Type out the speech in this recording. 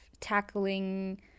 tackling